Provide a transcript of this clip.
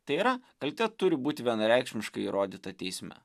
tai yra kaltė turi būti vienareikšmiškai įrodyta teisme